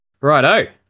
Righto